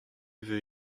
vefe